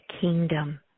kingdom